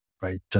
right